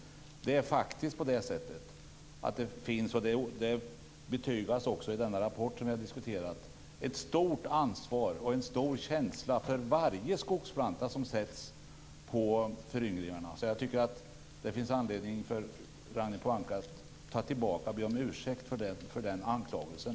Det är faktiskt på det sättet, och det betygas också i den rapport vi har diskuterat, att det finns ett stort ansvar och en stor känsla för varje skogsplanta som sätts på föryngringarna. Så jag tycker att det finns anledning för Ragnhild Pohanka att ta tillbaka och be om ursäkt för den anklagelsen.